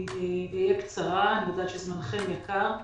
אקצר בדבריי, אני יודעת שזמנכם יקר.